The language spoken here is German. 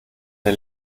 der